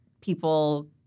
people